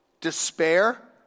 despair